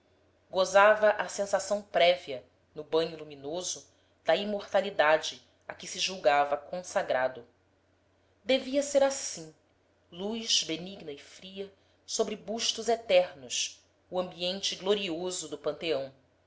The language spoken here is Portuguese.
gozava a sensação prévia no banho luminoso da imortalidade a que se julgava consagrado devia ser assim luz benigna e fria sobre bustos eternos o ambiente glorioso do panteão